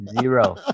Zero